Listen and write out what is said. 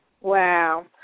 Wow